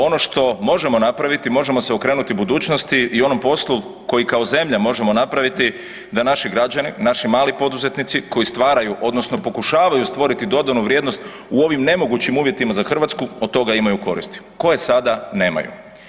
Ono što možemo napraviti, možemo se okrenuti budućnosti i onom poslu koji kao zemlja možemo napraviti da naši građani, naši mali poduzetnici koji stvaraju odnosno pokušavaju stvoriti dodatnu vrijednost u ovom nemogućim uvjetima za Hrvatsku od toga imaju koristi koje sada nemaju.